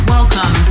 Welcome